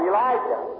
Elijah